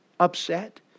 upset